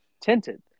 tinted